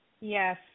Yes